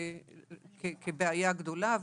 כבעיה גדולה,